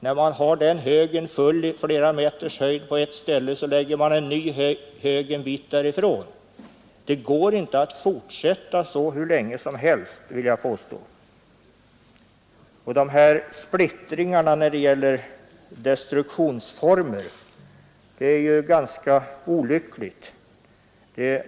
När högen har växt till flera meters höjd på ett ställe lägger man en ny hög en bit därifrån. Det går inte att fortsätta så hur länge som helst. Splittringen när det gäller destruktionsformer är ganska olycklig.